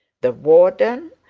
the warden,